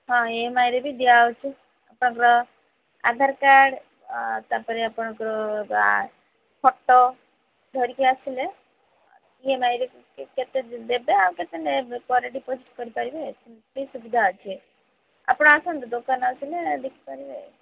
ହଁ ଇଏମାଇରେ ବି ଦିଆହେଉଛି ଆପଣଙ୍କର ଆଧାର କାର୍ଡ଼ ତାପରେ ଆପଣଙ୍କର ଫୋଟ ଧରିକି ଆସିଲେ ଇଏମାଇରେ କେତେ ଦେବେ ଆଉ କେତେ ପରେ ଡିପୋଜିଟ କରିପାରିବେ ସେମିତିବି ସୁବିଧା ଅଛି ଆପଣ ଆସନ୍ତୁ ଦୋକାନ ଆସିଲେ ଦେଖିପାରିବେ